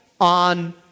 on